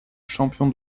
champion